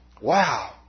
Wow